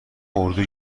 اردو